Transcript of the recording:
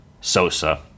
Sosa